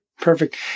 perfect